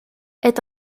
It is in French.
est